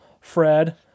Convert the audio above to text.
Fred